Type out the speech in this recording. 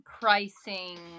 pricing